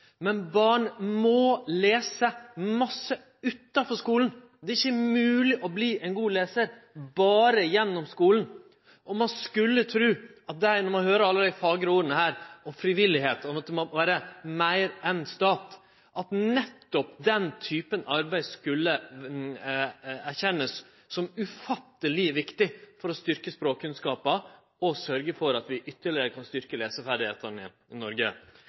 Men barn må lese masse utanfor skulen, det er ikkje mogleg å verte ein god lesar berre gjennom skulen. Ein skulle tru, når ein høyrer alle dei fagre orda her om frivilligheit og at det må vere meir enn stat, at nettopp den typen arbeid skulle erkjennast som ufatteleg viktig for å styrkje språkkunnskapar og sørgje for at vi ytterlegare kan styrkje leseferdigheitene i Noreg.